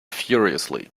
furiously